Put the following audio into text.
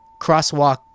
crosswalk